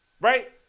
Right